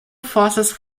forces